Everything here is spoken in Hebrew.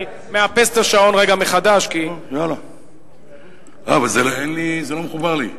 אני מאפס את השעון רגע מחדש כי, זה לא מחובר לי,